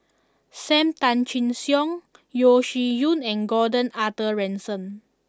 Sam Tan Chin Siong Yeo Shih Yun and Gordon Arthur Ransome